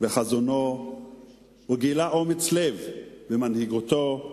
בחזונו וגילה אומץ לב במנהיגותו,